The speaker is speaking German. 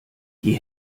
die